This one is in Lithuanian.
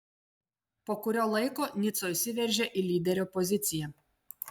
po kurio laiko nico įsiveržė į lyderio poziciją